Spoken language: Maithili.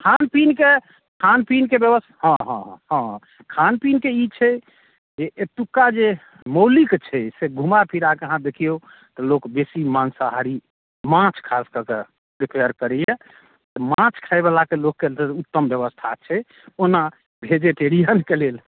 खान पीनके खान पीनके व्यवस्था हँ हँ खान पीनके ई छै जे एतुका जे मौलिक छै से घुमा फिराके अहाँ देखिऔ लोक बेसी माँसाहारी माछ खास कऽ के प्रेफर करैया माछ खाय बला लोकके उत्तम व्यवस्था छै ओना भेजेटेरियनके लेल